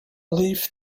leaf